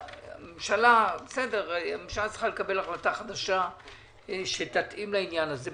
הממשלה צריכה לקבל החלטה חדשה שתתאים לעניין הזה.